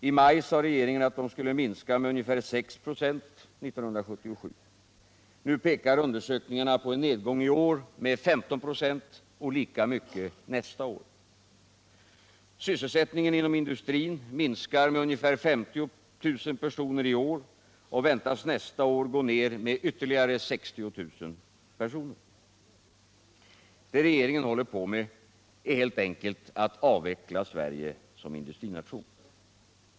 I maj sade regeringen att de skulle minska med ca 6 96 år 1977. Nu pekar undersökningarna på en nedgång i år med 15 96 och lika mycket nästa år. Sysselsättningen inom industrin minskar med ca 50 000 personer i år och väntas nästa år gå ner med ytterligare 60 000 personer. Det regeringen håller på med är helt enkelt att avveckla Sverige som industrination.